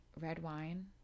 Redwine